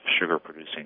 sugar-producing